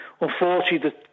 Unfortunately